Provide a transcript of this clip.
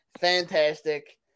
fantastic